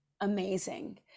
amazing